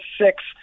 six